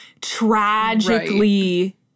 tragically